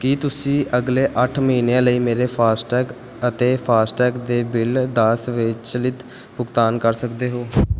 ਕੀ ਤੁਸੀਂਂ ਅਗਲੇ ਅੱਠ ਮਹੀਨਿਆਂ ਲਈ ਮੇਰੇ ਫਾਸਟੈਗ ਅਤੇ ਫਾਸਟੈਗ ਦੇ ਬਿੱਲ ਦਾ ਸਵੈਚਲਿਤ ਭੁਗਤਾਨ ਕਰ ਸਕਦੇ ਹੋ